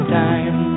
time